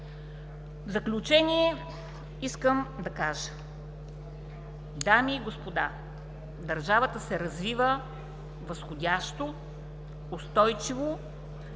В заключение искам да кажа, дами и господа, държавата се развива възходящо, устойчиво